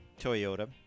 Toyota